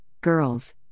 girls